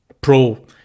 pro